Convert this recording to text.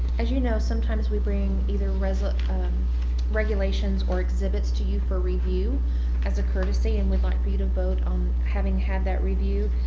as you know sometimes we bring either ah regulations or exhibits to you for review as a courtesy and we'd like for you to vote on having had that review.